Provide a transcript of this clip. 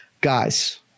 Guys